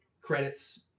credits